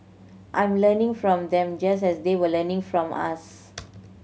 I'm learning from them just as they were learning from us